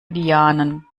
lianen